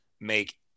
make